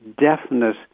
definite